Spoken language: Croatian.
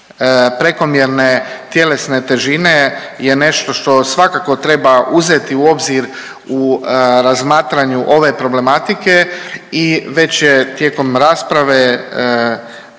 prekomjerne tjelesne težine je nešto što svakako treba uzeti u obzir u razmatranju ove problematike. I već je tijekom rasprave istaknuto